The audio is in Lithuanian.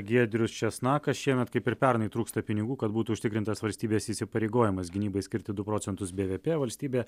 giedrius česnakas šiemet kaip ir pernai trūksta pinigų kad būtų užtikrintas valstybės įsipareigojimas gynybai skirti du procentus bvp valstybė